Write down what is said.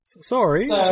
Sorry